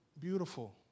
beautiful